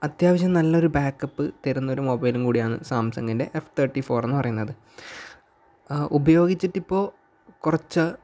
അത്യാവശ്യം നല്ലൊരു ബാക്കപ്പ് തരുന്ന ഒരു മൊബൈലും കൂടിയാണ് സാംസങ്ങിൻ്റെ എഫ് തേർട്ടി ഫോർ എന്ന് പറയുന്നത് ഉപയോഗിച്ചിട്ട് ഇപ്പോൾ കുറച്ച്